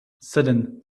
suddenly